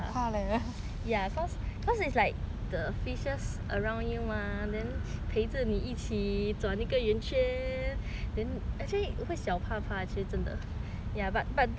it's like the fishes around you mah then 陪着你一起转一个圆圈 then actually 会小怕怕 actually 真的 but but before 你上去